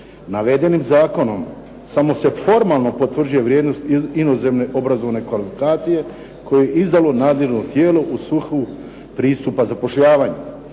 Navedenim zakonom samo se formalno potvrđuje vrijednost inozemne obrazovne kvalifikacije koji izravno nadziru tijelu u svrhu pristupa zapošljavanja.